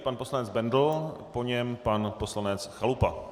Pan poslanec Bendl, po něm pan poslanec Chalupa.